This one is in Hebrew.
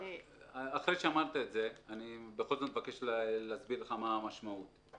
אחרי שאמרת את זה אני בכל זאת מבקש להסביר לך מה המשמעות.